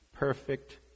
perfect